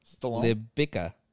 Libica